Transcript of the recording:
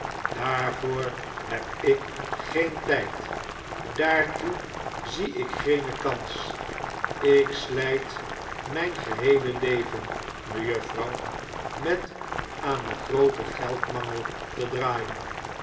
daarvoor heb ik geen tijd daartoe zie ik geene kans ik slijt mijn geheele leven mejuffrouw met aan den grooten geldmangel te draaien